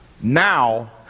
Now